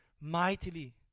mightily